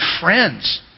friends